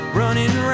running